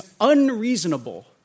unreasonable